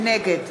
נגד